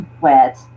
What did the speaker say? wet